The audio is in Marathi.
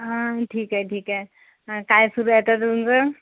हा ठीक आहे ठीक आहे काय सुरू आहे आता तुमचं